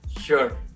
Sure